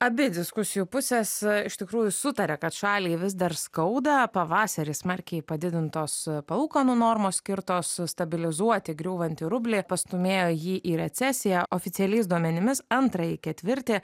abi diskusijų pusės iš tikrųjų sutaria kad šaliai vis dar skauda pavasarį smarkiai padidintos palūkanų normos skirtos stabilizuoti griūvantį rublį pastūmėjo jį į recesiją oficialiais duomenimis antrąjį ketvirtį